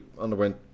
underwent